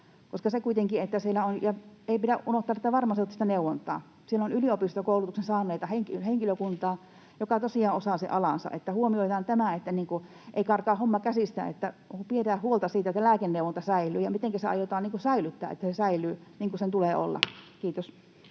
ei pidä unohtaa tätä farmaseuttista neuvontaa. Siellä on yliopistokoulutuksen saanutta henkilökuntaa, joka tosiaan osaa alansa. Huomioidaan tämä, että ei karkaa homma käsistä, ja pidetään huolta siitä, että lääkeneuvonta säilyy. Mitenkä se aiotaan säilyttää, että se säilyy, niin kuin sen tulee olla? — Kiitos.